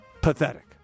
pathetic